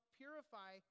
purify